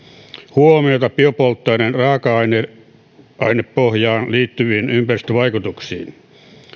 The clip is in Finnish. huomiota biopolttoaineiden raaka ainepohjaan liittyviin ympäristövaikutuksiin